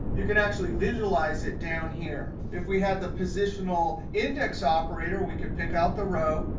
you can actually visualize it down here. if we had the positional index operator, we could pick out the row.